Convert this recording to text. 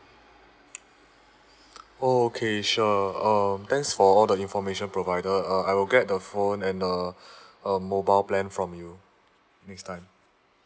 okay sure um thanks for all the information provided uh I will get the phone and uh a mobile plan from you next time